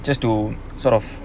just to sort of